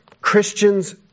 Christians